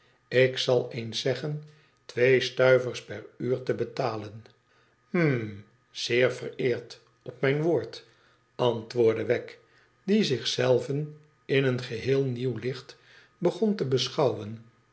ik zal eens zeggen twee stuivers per uur te betalen hm zeer vereerd op mijn woord antwoordde wegg die zich zeiven in een geheel nieuw licht beon te beschouwen